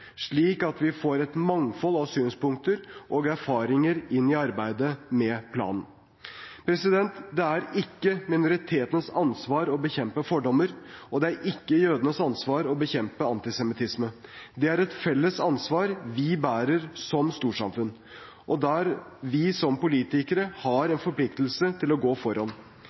slik at vi får et mangfold av synspunkter og erfaringer inn i arbeidet med planen. Det er ikke minoritetenes ansvar å bekjempe fordommer, og det er ikke jødenes ansvar å bekjempe antisemittisme. Det er et felles ansvar vi bærer som storsamfunn, og der vi som politikere har en forpliktelse til å gå foran.